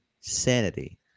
sanity